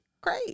great